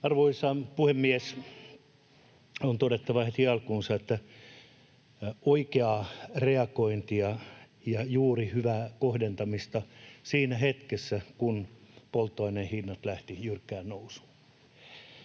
Arvoisa puhemies! On todettava heti alkuunsa, että oikeaa reagointia ja juuri hyvää kohdentamista siinä hetkessä, kun polttoaineen hinnat lähtivät jyrkkään nousuun.